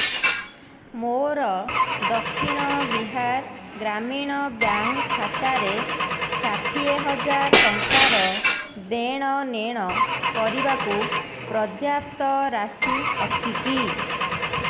ମୋର ଦକ୍ଷିଣ ବିହାର ଗ୍ରାମୀଣ ବ୍ୟାଙ୍କ ଖାତାରେ ଷାଠିଏ ହଜାର ଟଙ୍କାର ଦେଣନେଣ କରିବାକୁ ପର୍ଯ୍ୟାପ୍ତ ରାଶି ଅଛି କି